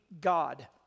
God